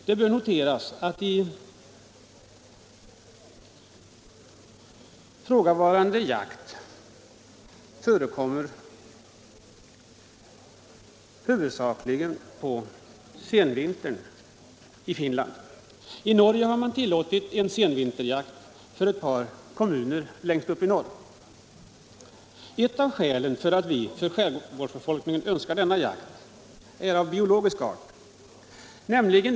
Det bör noteras att i Finland bedrivs ifrågavarande jakt huvudsakligen på senvintern. I Norge har man tillåtit en senvinterjakt för ett par kommuner längst uppe i norr. Ett av skälen för att vi för skärgårdsbefolkningen önskar denna jakt är av biologisk art.